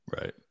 Right